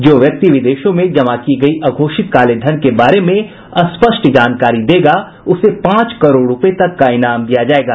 जो व्यक्ति विदेशों में जमा की गई अघोषित काले धन के बारे में स्पष्ट जानकारी देगा उसे पांच करोड़ रुपये तक का ईनाम दिया जाएगा